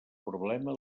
problema